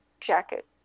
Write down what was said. jacket